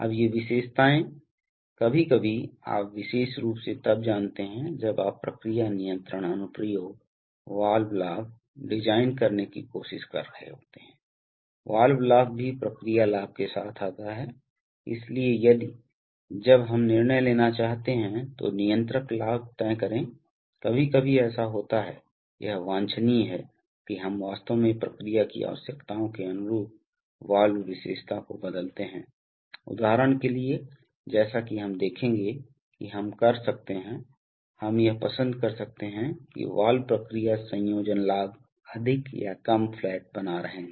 अब ये विशेषताएँ कभी कभी आप विशेष रूप से तब जानते हैं जब आप प्रक्रिया नियंत्रण अनुप्रयोग वाल्व लाभ डिज़ाइन करने की कोशिश कर रहे होते हैं वाल्व लाभ भी प्रक्रिया लाभ के साथ आता है इसलिए यदि जब हम निर्णय लेना चाहते हैं तो नियंत्रक लाभ तय करें कभी कभी ऐसा होता है यह वांछनीय है कि हम वास्तव में प्रक्रिया की आवश्यकताओं के अनुरूप वाल्व विशेषता को बदलते हैं उदाहरण के लिए जैसा कि हम देखेंगे कि हम कर सकते हैं हम यह पसंद कर सकते हैं कि वाल्व प्रक्रिया संयोजन लाभ अधिक या कम फ्लैट बना रहे हैं